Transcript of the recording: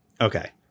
Okay